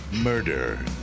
Murder